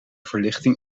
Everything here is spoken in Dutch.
verlichting